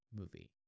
movie